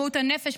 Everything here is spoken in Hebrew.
בריאות הנפש,